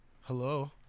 Hello